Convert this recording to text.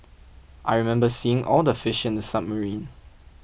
I remember seeing all the fish in the submarine